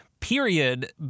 period